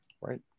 Right